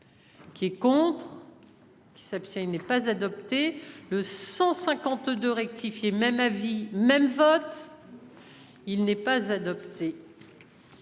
Qui est contre. S'abstient. Il n'est pas adopté le 152 rectifié même avis même vote. Il n'est pas adopté.